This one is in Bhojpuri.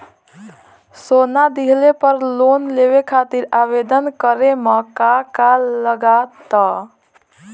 सोना दिहले पर लोन लेवे खातिर आवेदन करे म का का लगा तऽ?